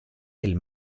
del